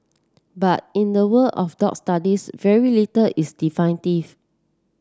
but in the world of dog studies very little is